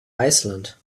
iceland